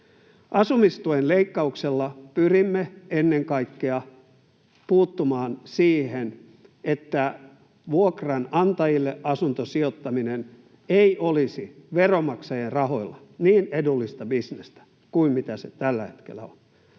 Asumistuen leikkauksella pyrimme ennen kaikkea puuttumaan siihen, että vuokranantajille asuntosijoittaminen ei olisi, veronmaksajien rahoilla, niin edullista bisnestä kuin se tällä hetkellä on.